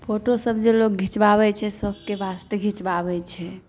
photo सब जे लोक घीचबाबै छै से सबके वास्ते घीचबाबै छै